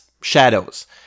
shadows